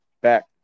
back